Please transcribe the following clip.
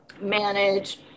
manage